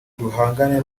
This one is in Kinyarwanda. duhangane